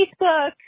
Facebook